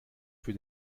für